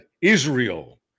Israel